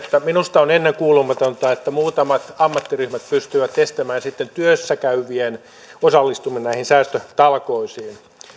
minusta on ennen kuulumatonta että muutamat ammattiryhmät pystyvät estämään sitten työssäkäyvien osallistumisen näihin säästötalkoisiin